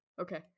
Okay